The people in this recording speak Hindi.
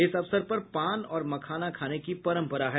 इस अवसर पर पान और मखाना खाने की परंपरा है